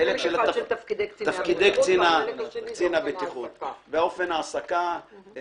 תפקידי קצין הבטיחות ואופן ההעסקה.